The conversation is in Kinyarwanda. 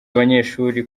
abanyeshuri